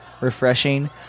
refreshing